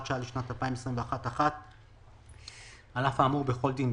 שעה לשנת 2021 1. על אף האמור בכל דין,